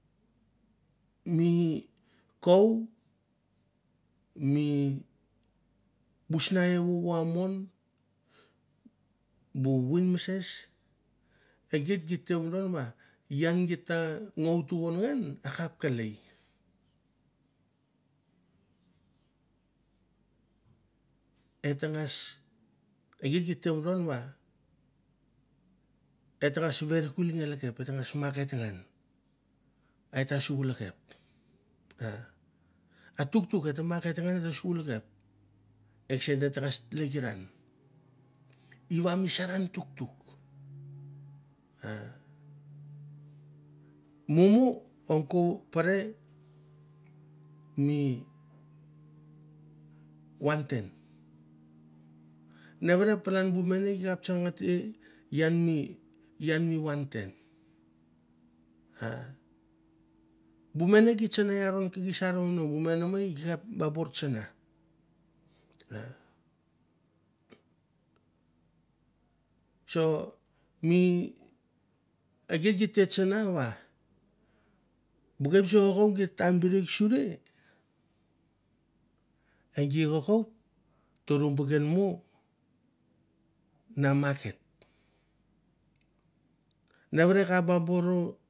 Mi kou mi busnaei vuvia mon bu vin mases i get get vodon wo gita ngou tu an akap kalei etengas e git gita vodonwa eterngas werklakep eterngas market ngan etas kulakep a tuktuk ete market ngan iwa misaran tuktuk a mumu angku pere mi wante nevere ian mi ian mi wanten a bu mene git tsana iron kik sar ba borr tsana a so mi git git tsana wa ukep sove sure e gi kokouk tu rupanken mu ra market nevere ka borro.